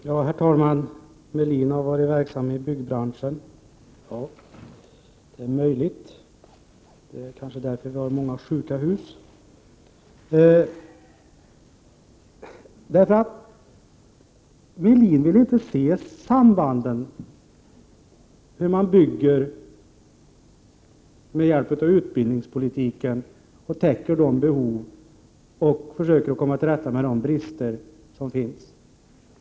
Herr talman! Ulf Melin säger att han har varit verksam inom byggbranschen. Ja, det är möjligt. Det är kanske därför som vi har så många sjuka hus. Ulf Melin vill inte se sambanden, hur man bygger med hjälp av utbildningspolitiken och täcker de behov och försöker komma till rätta med de brister som finns.